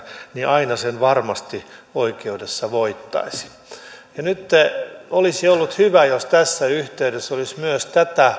niin aina sen varmasti oikeudessa voittaisi olisi ollut hyvä jos tässä yhteydessä olisi